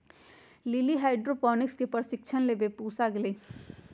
lily hydroponics के प्रशिक्षण लेवे पूसा गईलय